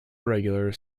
irregular